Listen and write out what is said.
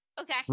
Okay